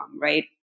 right